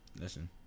Listen